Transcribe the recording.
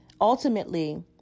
Ultimately